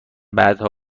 بعدها